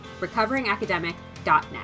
recoveringacademic.net